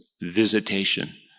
visitation